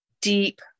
deep